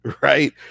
right